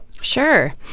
Sure